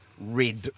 red